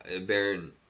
Baron